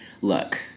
look